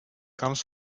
comes